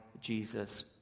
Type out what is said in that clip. Jesus